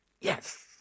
yes